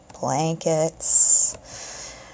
blankets